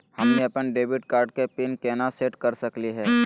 हमनी अपन debit card के पीन केना सेट कर सकली हे?